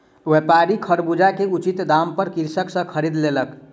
व्यापारी खरबूजा के उचित दाम पर कृषक सॅ खरीद लेलक